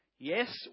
Yes